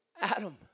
Adam